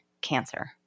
cancer